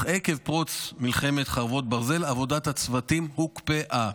אך עקב פרוץ מלחמת חרבות ברזל עבודת הצוותים הוקפאה.